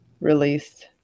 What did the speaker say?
released